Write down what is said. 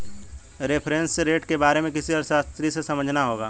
reference rate के बारे में किसी अर्थशास्त्री से समझना होगा